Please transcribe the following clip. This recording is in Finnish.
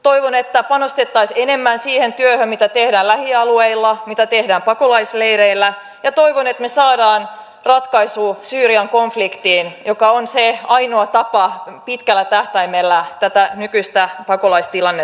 toivon että panostettaisiin enemmän siihen työhön mitä tehdään lähialueilla mitä tehdään pakolaisleireillä ja toivon että me saamme ratkaisun syyrian konfliktiin mikä on se ainoa tapa pitkällä tähtäimellä ratkaista tämä nykyinen pakolaistilanne